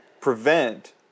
prevent